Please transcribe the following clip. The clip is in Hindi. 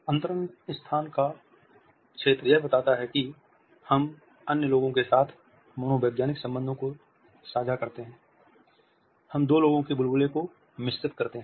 अंतरंग स्थान या क्षेत्र यह बताता है कि हम अन्य लोगों के साथ मनोवैज्ञानिक संबंधो को साझा करते हैं हम दो लोगों के बुलबुले को मिश्रित करते हैं